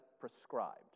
prescribed